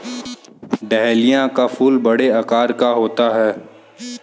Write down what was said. dahlia का फूल बड़े आकार का होता है